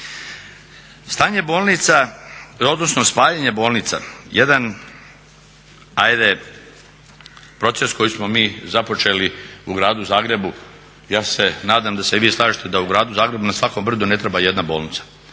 Stanje bolnica odnosno spajanje bolnica, jedan ajde proces koji smo mi započeli u gradu Zagrebu, ja se nadam da se i vi slažete da u gradu Zagrebu na svakom brdu ne treba jedna bolnica.